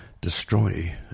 destroy